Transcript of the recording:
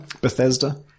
Bethesda